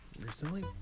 recently